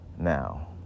now